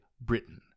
britain